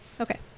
Okay